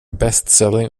bestselling